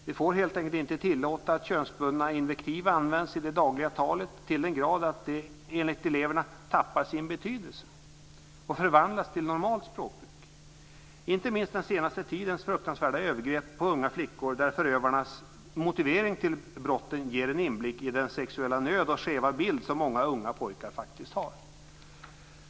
Vi får helt enkelt inte tillåta att könsbundna invektiv används i det dagliga talet, till den grad att de, enligt eleverna, "tappar sin betydelse" och förvandlas till normalt språkbruk - inte minst den senaste tidens fruktansvärda övergrepp på unga flickor där förövarnas motivering till brotten ger en inblick i den sexuella nöd och skeva bild som många unga pojkar faktiskt har.